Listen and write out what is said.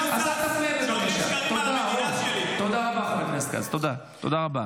לא רוצה לדבר, רוצה לדעת על מה זה מבוסס,